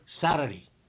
Saturday